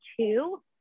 Two